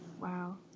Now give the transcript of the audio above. Wow